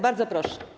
Bardzo proszę.